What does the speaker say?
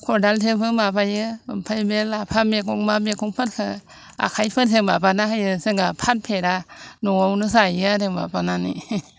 खादालजोंबो माबायो ओमफ्राय बे लाफा मैगं मा मैगंफोरखो आखाइफोरजों माबाना होयो जोंहा फानफेरा न'आवनो जायो आरो माबानानै